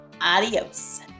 Adios